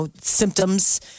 symptoms